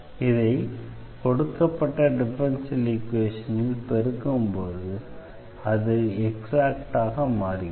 இதை கொடுக்கப்பட்ட டிஃபரன்ஷியல் ஈக்வேஷனில் பெருக்கும்போது அது எக்ஸாக்ட்டாக மாறுகிறது